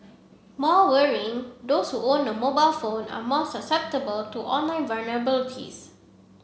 more worrying those own a mobile phone are more susceptible to online vulnerabilities